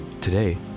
Today